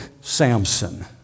Samson